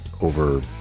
over